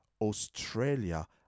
Australia